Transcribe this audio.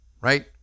right